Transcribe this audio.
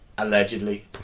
Allegedly